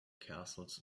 castles